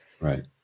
Right